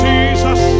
Jesus